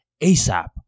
ASAP